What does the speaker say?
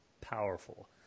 powerful